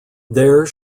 there